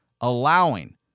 allowing